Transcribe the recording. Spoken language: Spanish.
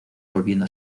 volviendo